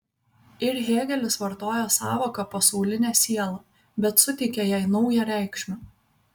ir hėgelis vartoja sąvoką pasaulinė siela bet suteikia jai naują reikšmę